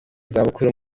zabukuru